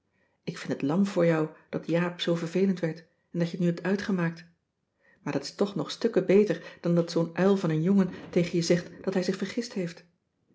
ik vind het lam voor jou dat jaap zoo vervelend werd en dat je t nu hebt uitgemaakt maar dat is toch nog stukken beter dan dat zoo'n uil van een jongen tegen je zegt dat hij zich vergist heeft